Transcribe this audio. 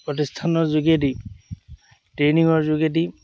প্ৰতিষ্ঠানৰ যোগেদি ট্ৰেইনিঙৰ যোগেদি